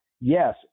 yes